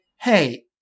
hey